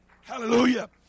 Hallelujah